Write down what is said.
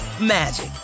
magic